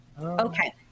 Okay